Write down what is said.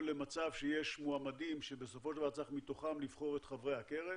למצב שיש מועמדים שבסופו של דבר צריך מתוכם לבחור את חברי הקרן,